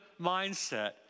mindset